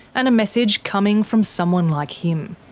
and a message coming from someone like him.